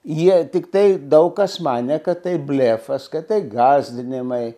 jie tiktai daug kas manė kad tai blefas kad tai gąsdinimai